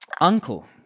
uncle